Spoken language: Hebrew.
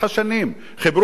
חיברו אותם לחשמל,